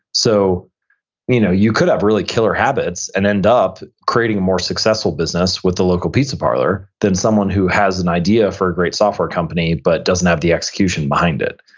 so you know you could have really killer habits, and end up creating a more successful business with the local pizza parlor than someone who has an idea for a great software company, but doesn't have the execution behind it.